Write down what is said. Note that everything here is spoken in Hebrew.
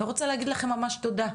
אני רוצה להגיד לכם ממש תודה,